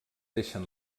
deixen